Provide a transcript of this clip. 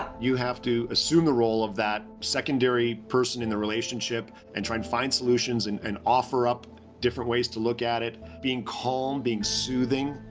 you have to assume the role of that secondary person in the relationship. and try and find solutions and and offer up different ways to look at it. being calm, being soothing.